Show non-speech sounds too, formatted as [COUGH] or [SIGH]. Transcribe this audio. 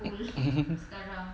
[LAUGHS]